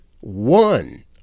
one